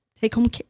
take-home